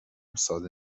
ساده